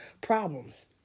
problems